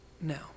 No